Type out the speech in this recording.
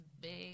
big